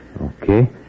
Okay